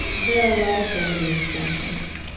there are a lot of ready-made assumptions.